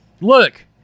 Look